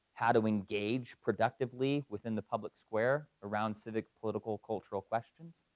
how to engage productively within the public square around civic political cultural questions,